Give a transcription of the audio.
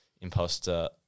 imposter